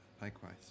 Likewise